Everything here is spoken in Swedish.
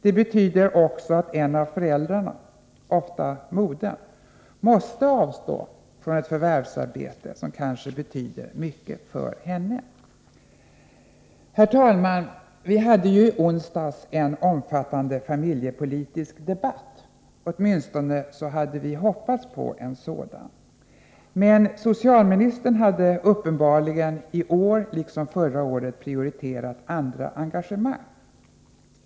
Det betyder också att en av föräldrarna, ofta modern, måste avstå från ett förvärvsarbete som kanske betyder mycket för henne. Herr talman! Vi hade i onsdags en omfattande familjepolitisk debatt. Åtminstone hade vi hoppats på en sådan. Men socialministern hade uppenbarligen i år liksom förra året prioriterat andra engagemang.